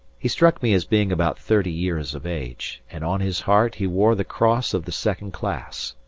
he struck me as being about thirty years of age, and on his heart he wore the cross of the second class.